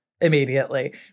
immediately